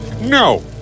No